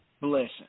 blessing